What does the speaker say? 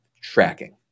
tracking